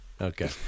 Okay